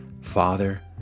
father